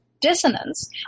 dissonance